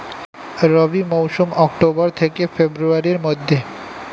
রবি মৌসুম অক্টোবর থেকে ফেব্রুয়ারির মধ্যে